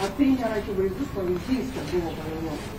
ar tai nėra akivaizdus pavyzdys kad buvo pavėluota